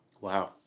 Wow